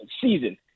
season